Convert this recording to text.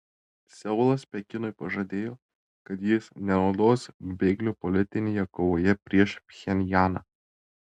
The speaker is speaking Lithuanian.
seulas pekinui pažadėjo kad jis nenaudos bėglio politinėje kovoje prieš pchenjaną